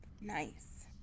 Nice